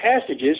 passages